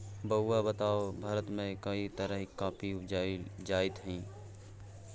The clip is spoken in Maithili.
बौआ बताउ भारतमे कैक तरहक कॉफी उपजाएल जाइत छै?